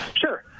Sure